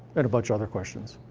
and a bunch of other questions.